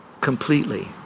completely